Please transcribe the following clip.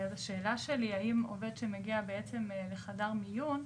אז השאלה שלי האם עובד שמגיע בעצם לחדר מיון,